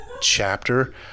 chapter